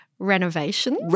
renovations